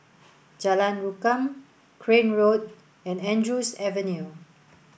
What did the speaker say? Jalan Rukam Crane Road and Andrews Avenue